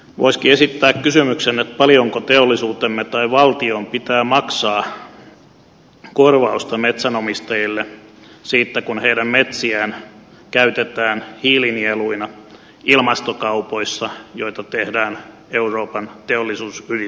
voisikin esittää kysymyksen paljonko teollisuutemme tai valtion pitää maksaa korvausta metsänomistajille siitä kun heidän metsiään käytetään hiilinieluina ilmastokaupoissa joita tehdään euroopan teollisuusyritysten välillä